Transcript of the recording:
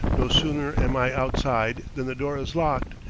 no sooner am i outside than the door is locked,